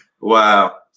Wow